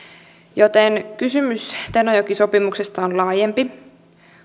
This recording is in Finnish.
joten kysymys tenojoki sopimuksesta on laajempi